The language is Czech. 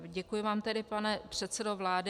Děkuji vám tedy, pane předsedo vlády.